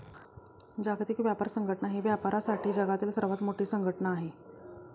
जागतिक व्यापार संघटना ही व्यापारासाठी जगातील सर्वात मोठी संघटना आहे